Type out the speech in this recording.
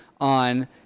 on